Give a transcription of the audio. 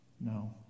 No